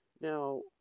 Now